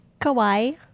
Kawaii